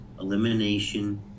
elimination